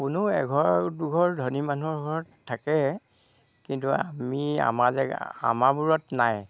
কোনো এঘৰ দুঘৰ ধনী মানুহৰ ঘৰত থাকে কিন্তু আমি আমাৰ জেগা আমাৰবোৰত নাই